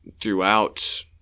throughout